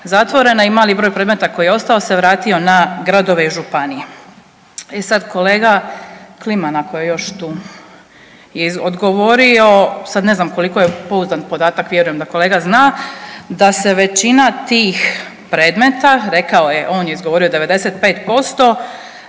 zatvorena i mali broj predmeta koji je ostao se vratio na gradove i županije. I sad kolega Kliman, ako je još tu, je odgovorio, sad ne znam koliko je pouzdan podatak, vjerujem da kolega zna, da se većina tih predmeta, rekao je, on je izgovorio 95%